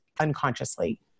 unconsciously